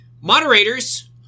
moderators